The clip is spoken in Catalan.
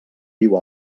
viu